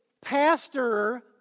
pastor